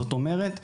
זאת אומרת,